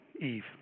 Eve